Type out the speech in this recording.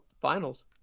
finals